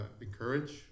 encourage